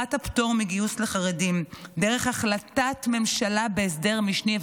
הארכת הפטור מגיוס לחרדים דרך החלטת ממשלה בהסדר משני,